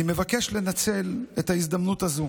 אני מבקש לנצל את ההזדמנות הזו